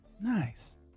Nice